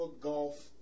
Golf